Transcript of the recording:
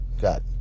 got